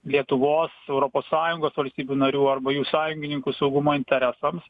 lietuvos europos sąjungos valstybių narių arba jų sąjungininkų saugumo interesams